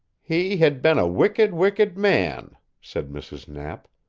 he had been a wicked, wicked man, said mrs. knapp.